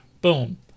Boom